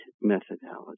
methodology